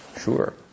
sure